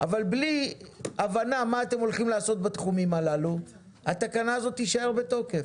אבל בלי הבנה מה אתם הולכים לעשות בתחומים הללו התקנה הזאת תישאר בתוקף.